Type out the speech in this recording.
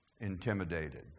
intimidated